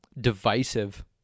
divisive